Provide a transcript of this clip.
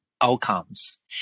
outcomes